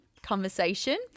conversation